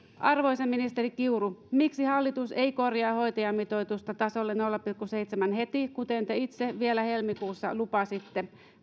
arvoisa ministeri kiuru miksi hallitus ei korjaa hoitajamitoitusta tasolle nolla pilkku seitsemän heti kuten te itse vielä helmikuussa lupasitte